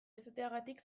izateagatik